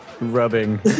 rubbing